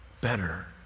better